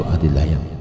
Adilayam